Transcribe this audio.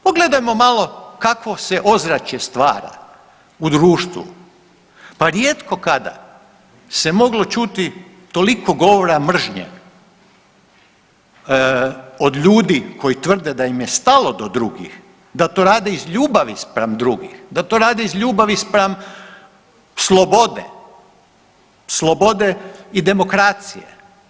Pogledajmo malo kakvo se ozračje stvara u društvu, pa rijetko kada se moglo čuti toliko govora mržnje od ljudi koji tvrde da im je stalo do drugih, da to rade iz ljubavi spram drugih, da to rade iz ljubavi spram slobode, slobode i demokracije.